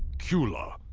cula!